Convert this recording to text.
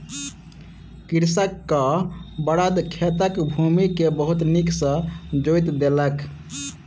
कृषकक बड़द खेतक भूमि के बहुत नीक सॅ जोईत देलक